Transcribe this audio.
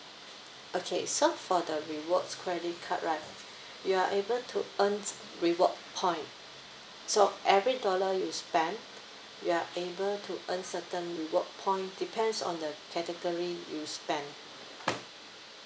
okay so for the rewards credit card right you are able to earn reward point so every dollar you spent you are able to earn certain reward point depends on the category you spend